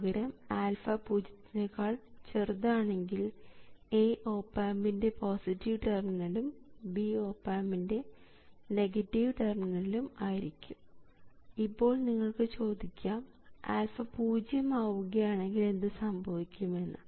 പകരം α പൂജ്യത്തിനെക്കാൾ ചെറുതാണെങ്കിൽ A ഓപ് ആമ്പിൻറെ പോസിറ്റീവ് ടെർമിനലും B ഓപ് ആമ്പിൻറെ നെഗറ്റീവ് ടെർമിനലും ആയിരിക്കും ഇപ്പോൾ നിങ്ങൾക്ക് ചോദിക്കാം α പൂജ്യം ആവുകയാണെങ്കിൽ എന്ത് സംഭവിക്കും എന്ന്